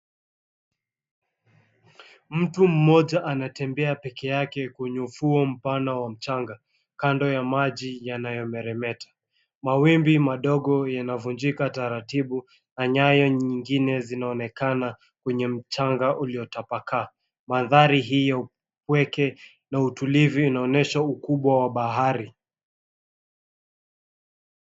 Mtu mmoja anatembea pekee yake kwenye ufuo mpana wa mchanga, kando ya maji yanayomeremeta. Mawimbi madogo yanavunjika taratibu na nyayo nyingine zinaonekana kwenye mchanga uliotapakaa. Mandhari hiyo pweke na utulivu inaonyesha ukubwa wa bahari.